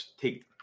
take